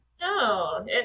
No